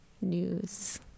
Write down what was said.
news